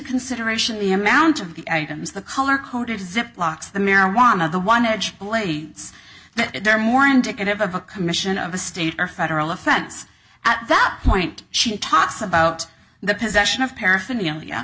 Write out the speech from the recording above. consideration the amount of the items the color coded zip locks the marijuana the one edge that they're more indicative of a commission of a state or federal offense at that point she talks about the possession of paraphernalia